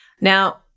Now